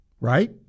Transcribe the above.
right